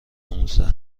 نوزده